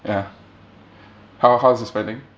ya how how's your spending